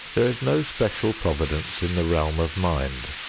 there is no special providence in the realm of mind.